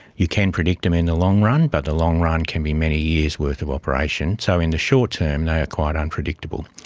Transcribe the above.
you can predict them in the long-run but the long-run can be many years' worth of operation. so in the short term they are quite unpredictable.